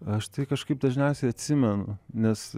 aš tai kažkaip dažniausiai atsimenu nes